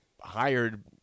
hired